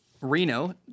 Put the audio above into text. reno